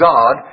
God